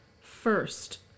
first